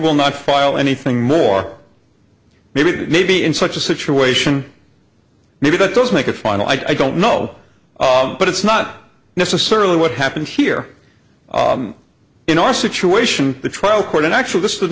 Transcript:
will not file anything more maybe that maybe in such a situation maybe that does make a final i don't know but it's not necessarily what happened here in our situation the trial court and actually this